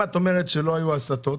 אם את אומרת שלא היו הסטות,